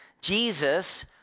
Jesus